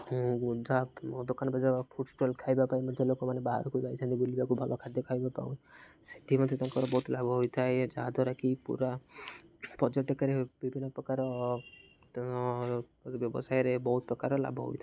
ଯାହା ଦୋକାନ ବଜାର ଫୁଡ଼୍ ଷ୍ଟଲ୍ ଖାଇବା ପାଇଁ ମଧ୍ୟ ଲୋକମାନେ ବାହାରକୁ ଯାଇଥାନ୍ତି ବୁଲିବାକୁ ଭଲ ଖାଦ୍ୟ ଖାଇବା ପାଇଁ ସେଥି ମଧ୍ୟ ତାଙ୍କର ବହୁତ ଲାଭ ହୋଇଥାଏ ଯାହା ଦ୍ୱାରାକିି ପୁରା ପର୍ଯ୍ୟଟକରେ ବିଭିନ୍ନପ୍ରକାର ବ୍ୟବସାୟରେ ବହୁତ ପ୍ରକାର ଲାଭ ହୋଇଥାଏ